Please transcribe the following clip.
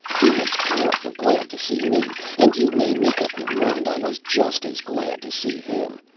he was powerful glad to see me, and you may make up your mind i was just as glad to see him,